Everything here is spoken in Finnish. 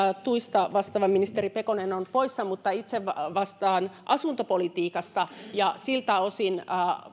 tuista vastaava ministeri pekonen on poissa mutta itse vastaan asuntopolitiikasta ja siltä osin